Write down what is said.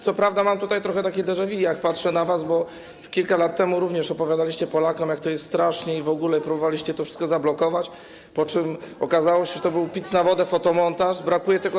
Co prawda mam tutaj trochę takie déja vu, jak patrzę na was, bo kilka lat temu również opowiadaliście Polakom, jak to jest strasznie i w ogóle, próbowaliście to wszystko zablokować, po czym okazało się, że to był pic na wodę, fotomontaż, brakuje tylko